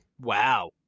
Wow